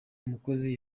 umukozi